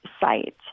site